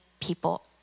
people